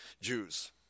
Jews